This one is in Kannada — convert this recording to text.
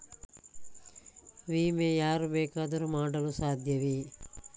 ವಿಮೆ ಯಾರು ಬೇಕಾದರೂ ಮಾಡಲು ಸಾಧ್ಯವೇ?